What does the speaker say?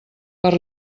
per